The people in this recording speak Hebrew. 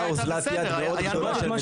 --- הייתה אוזלת יד מאוד גדולה --- אני לא,